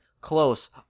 close